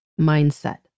mindset